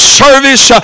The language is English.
service